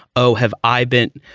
oh, have i bent?